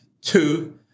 two